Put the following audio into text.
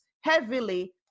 heavily